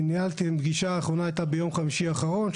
הפגישה האחרונה הייתה ביום חמישי האחרון,